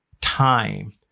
time